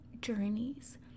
journeys